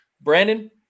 Brandon